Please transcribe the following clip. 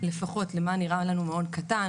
לפחות למה נראה לנו מעון קטן,